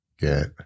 get